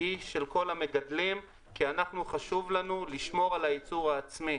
היא של כל המגדלים כי חשוב לנו לשמור על הייצור העצמי.